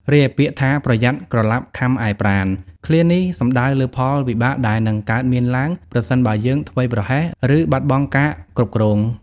រីឯពាក្យថា "ប្រយ័ត្នក្រឡាប់ខាំឯប្រាណ"ឃ្លានេះសំដៅលើផលវិបាកដែលនឹងកើតមានឡើង ប្រសិនបើយើងធ្វេសប្រហែស ឬបាត់បង់ការគ្រប់គ្រង។